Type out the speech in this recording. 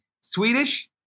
Swedish